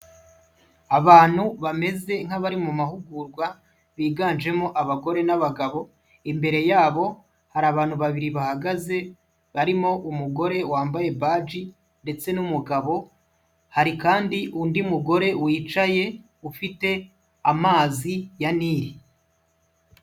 Abantu bameze nkabari mu mahugurwa, biganjemo abagore n'abagabo, imbere yabo hari abantu babiri bahagaze, barimo umugore wambaye badji ndetse n'umugabo ,hari kandi undi mugore wicaye ufite amazi ya Nili.